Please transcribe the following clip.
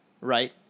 right